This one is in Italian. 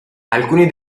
alcuni